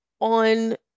on